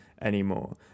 anymore